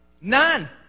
None